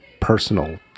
personal